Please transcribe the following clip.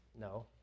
No